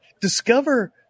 discover